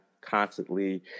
constantly